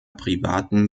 privaten